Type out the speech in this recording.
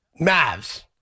Mavs